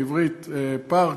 בעברית פארק,